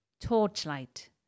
torchlight